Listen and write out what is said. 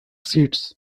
seats